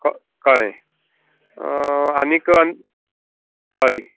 को कळ्ळें आनीक हय